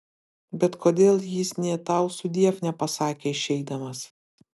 bet kodėl jis nė tau sudiev nepasakė išeidamas